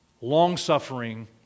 long-suffering